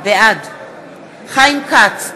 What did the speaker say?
בעד חיים כץ,